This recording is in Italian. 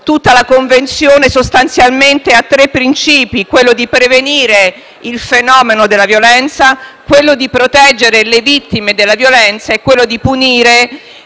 tutta la Convenzione sostanzialmente a tre princìpi: quelli di prevenire il fenomeno della violenza, di proteggere le vittime della violenza e di punire